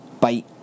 Bye